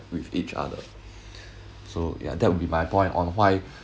with each other so yeah that would be my point on why